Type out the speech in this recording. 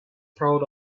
proud